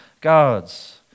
gods